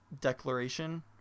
declaration